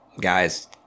Guys